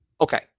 Okay